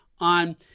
on